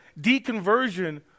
deconversion